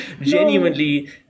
genuinely